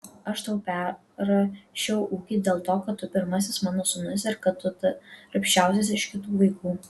aš tau perrašiau ūkį dėl to kad tu pirmasis mano sūnus ir kad tu darbščiausias iš kitų vaikų